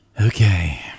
Okay